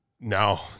No